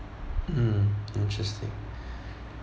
mm interesting